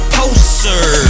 poster